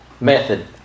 method